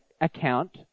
account